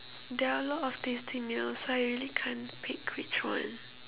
there are a lot of tasty meals I really can't pick which one